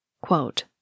Quote